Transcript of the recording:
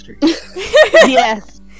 Yes